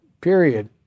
period